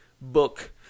book